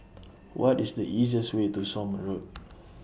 What IS The easiest Way to Somme Road